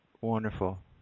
Wonderful